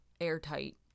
airtight